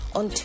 on